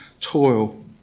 toil